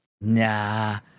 Nah